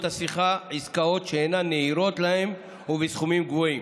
השיחה עסקאות שאינן נהירות להם ובסכומים גבוהים.